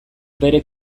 bere